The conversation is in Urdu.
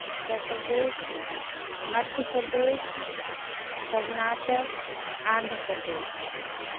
اترپردیش مدھیہ پردیش کرناٹک آندھرپردیش